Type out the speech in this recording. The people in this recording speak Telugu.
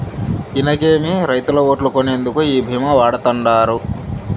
ఇనకేమి, రైతుల ఓట్లు కొనేందుకు ఈ భీమా వాడతండాడు